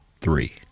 three